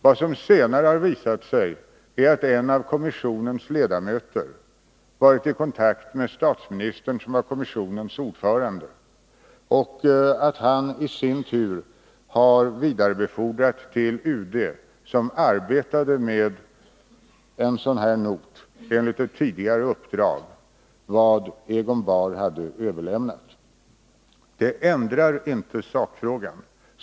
Vad som senare har visat sig är att en av kommissionens ledamöter varit i kontakt med statsministern, som är kommissionens ordförande, och att han i sin tur har vidarebefordrat till UD, som hade att arbeta med en sådan här not enligt ett tidigare uppdrag, vad Egon Bahr hade överlämnat. Det ändrar inte sakfrågan.